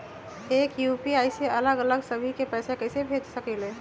एक यू.पी.आई से अलग अलग सभी के पैसा कईसे भेज सकीले?